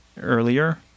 earlier